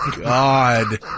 God